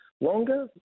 longer